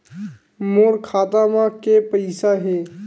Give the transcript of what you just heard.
मोर खाता म के पईसा हे?